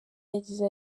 yagize